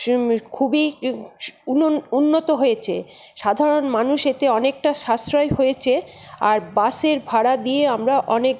খুবই উন্নত হয়েছে সাধারণ মানুষ এতে অনেকটা সাশ্রয় হয়েছে আর বাসের ভাড়া দিয়ে আমরা অনেক